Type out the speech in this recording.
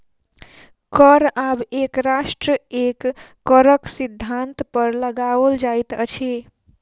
कर आब एक राष्ट्र एक करक सिद्धान्त पर लगाओल जाइत अछि